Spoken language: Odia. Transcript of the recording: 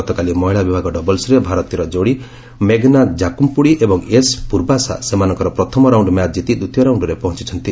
ଗତକାଲି ମହିଳା ବିଭାଗ ଡବଲ୍ୱରେ ଭାରତୀୟ ଯୋଡ଼ି ମେଘନା କାକମ୍ପୁଡ଼ି ଏବଂ ଏସ୍ ପୁର୍ବିସା ସେମାନଙ୍କର ପ୍ରଥମ ରାଉଣ୍ଡ ମ୍ୟାଚ୍ କିତି ଦ୍ୱିତୀୟ ରାଉଣ୍ଡରେ ପହଞ୍ଚିଛନ୍ତି